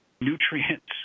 nutrients